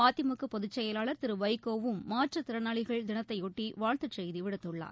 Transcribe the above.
மதிமுகபொதுச் செயலாளர் திருவைகோவும் மாற்றுத்திறனாளிகள் தினத்தையொட்டிவாழ்த்துச் செய்திவிடுத்துள்ளார்